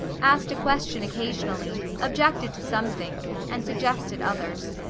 asked a question occasionally, objected to some things, and suggested others.